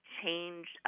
change